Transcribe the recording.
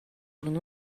өгнө